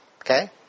Okay